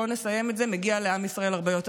בואו נסיים את זה, מגיע לעם ישראל הרבה יותר.